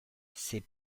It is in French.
ces